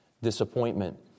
disappointment